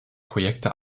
projekte